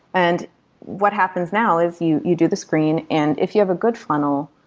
and what happens now is you you do the screen, and if you have a good funnel,